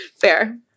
Fair